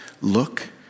Look